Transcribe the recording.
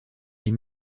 dans